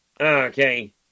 Okay